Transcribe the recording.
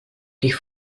die